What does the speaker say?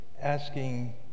asking